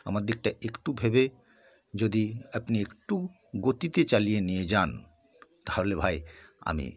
আমার দিকটা একটু ভেবে যদি আপনি একটু গতিতে চালিয়ে নিয়ে যান তাহলে ভাই আমি